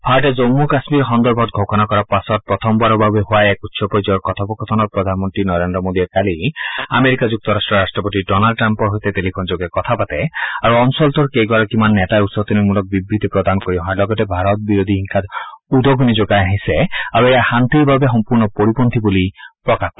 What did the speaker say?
ভাৰতে জম্ম কাশ্মীৰ সন্দৰ্ভত ঘোষণা কৰাৰ পাছত প্ৰথমবাৰৰ বাবে হোৱা এক উচ্চ পৰ্যায়ৰ কথোপকথনত প্ৰধানমন্ত্ৰী নৰেন্দ্ৰ মোদীয়ে কালি আমেৰিকা যুক্তৰাষ্ট্ৰৰ ৰাষ্ট্ৰপতি ডনাল্ড ট্ৰাম্পৰ সৈতে টেলিফোনযোগে কথা পাতে আৰু অঞ্চলটোৰ কেইগৰাকীমান নেতাই উচতনিমূলক বিবৃতি প্ৰদান কৰি অহাৰ লগতে ভাৰত বিৰোধী হিংসাত উদগণি যোগাই আহিছে আৰু এয়া শান্তিৰ বাবে সম্পূৰ্ণ পৰিপন্থী বুলি প্ৰকাশ কৰে